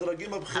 בדרג קבלת ההחלטות.